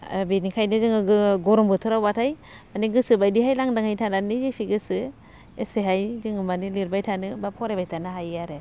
बेनिखायनो जोङो गरम बोथोरावबाथाय माने गोसो बायदिहाय लांदाङै थानानै जेसे गोसो एसेहाय जोङो माने लिरबाय थानो बा फरायबाय थानो हायो आरो